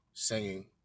Singing